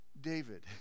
David